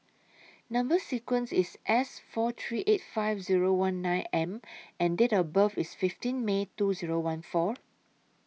Number sequence IS S four three eight five Zero one nine M and Date of birth IS fifteen May two Zero one four